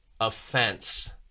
offense